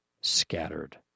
scattered